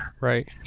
Right